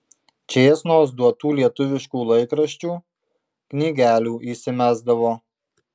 čėsnos duotų lietuviškų laikraščių knygelių įsimesdavo